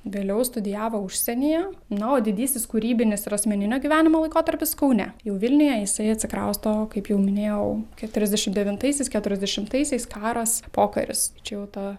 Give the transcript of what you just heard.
vėliau studijavo užsienyje na o didysis kūrybinis ir asmeninio gyvenimo laikotarpis kaune jau vilniuje jisai atsikrausto kaip jau minėjau keturiasdešimt devintaisiais keturiasdešimtaisiais karas pokaris čia jau ta